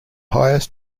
highest